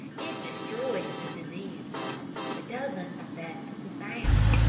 it destroys the diseased part, but doesn't affect the sound.